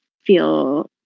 feel